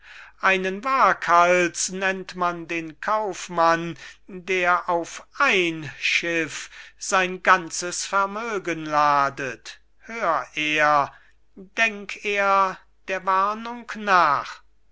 einen waghals nennt man den kaufmann der auf ein schiff sein ganzes vermögen ladet hör er denk er der warnung nach aber